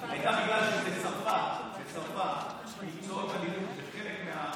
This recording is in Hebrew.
הייתה בגלל שבצרפת מקצועות הלימוד בחלק מהתחומים,